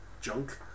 junk